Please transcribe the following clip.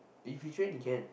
if you train you can